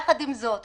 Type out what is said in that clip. יחד עם זאת,